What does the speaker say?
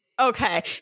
okay